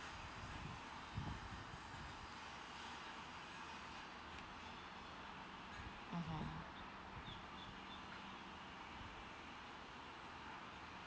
mmhmm